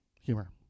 humor